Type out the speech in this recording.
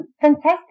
fantastic